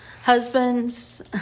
husbands